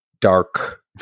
dark